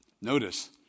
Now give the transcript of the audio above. Notice